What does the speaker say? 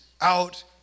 out